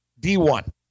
D1